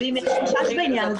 אבל אם יש חשש בעניין הזה